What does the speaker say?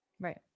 Right